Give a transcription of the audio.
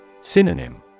Synonym